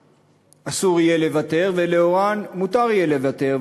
אסור יהיה לוותר ולאורן מותר יהיה לוותר.